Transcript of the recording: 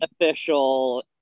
official